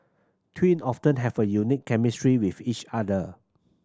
twin often have a unique chemistry with each other